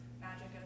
magic